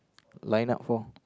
line up for